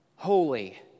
Holy